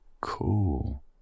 Cool